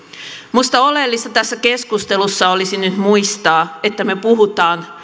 minusta oleellista tässä keskustelussa olisi nyt muistaa että me puhumme